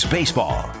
Baseball